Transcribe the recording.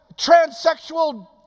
transsexual